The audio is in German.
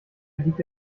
liegt